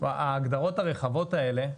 ההגדרות הרחבות האלה,